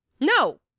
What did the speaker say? No